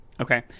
Okay